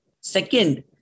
Second